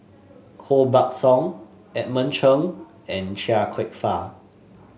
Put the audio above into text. Koh Buck Song Edmund Cheng and Chia Kwek Fah